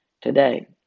today